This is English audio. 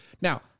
now